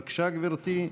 בבקשה, גברתי.